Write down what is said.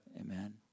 Amen